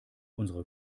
unsere